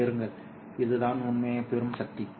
இருங்கள் இது நீங்கள் பெறும் சக்தி